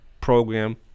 program